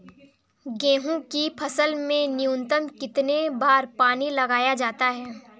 गेहूँ की फसल में न्यूनतम कितने बार पानी लगाया जाता है?